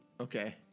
Okay